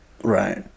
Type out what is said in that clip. Right